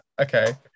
Okay